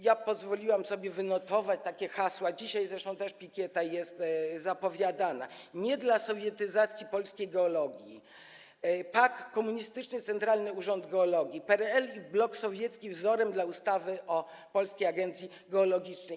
Ja pozwoliłam sobie wynotować hasła - dzisiaj zresztą też pikieta jest zapowiadana: „Nie dla sowietyzacji polskiej geologii”, „PAK - Komunistyczny Centralny Urząd Geologii”, „PRL i blok sowiecki wzorem dla ustawy o Polskiej Agencji Geologicznej”